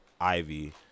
ivy